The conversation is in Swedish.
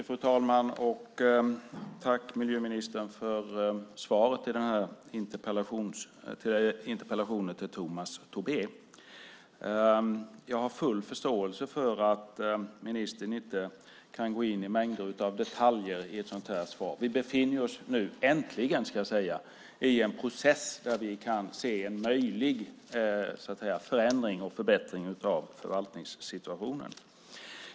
Fru talman! Jag tackar miljöministern för svaret på Tomas Tobés interpellation. Jag har full förståelse för att ministern inte kan gå in i mängder av detaljer i ett sådant här svar. Vi befinner oss äntligen i en process där vi kan se en möjlig förändring och förbättring av förvaltningssituationen.